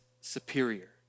superior